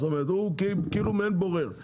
זאת אומרת הוא כאילו מעין בורר,